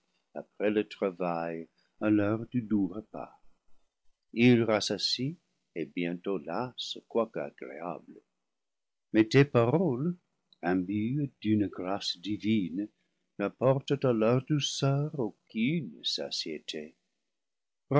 après le travail à l'heure du doux repas ils rassasient et bience tôt lassent quoique agréables mais tes paroles imbues d'une grâce divine n'apportent à leur douceur aucune